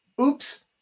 Oops